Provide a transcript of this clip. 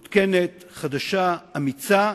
מעודכנת, חדשה, אמיצה,